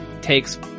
takes